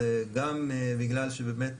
זה גם בגלל שבאמת